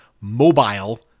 mobile